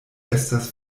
estas